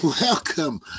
Welcome